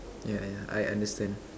yeah yeah I understand